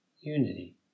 unity